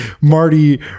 Marty